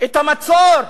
את המצור,